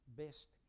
best